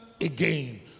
again